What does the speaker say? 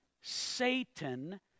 Satan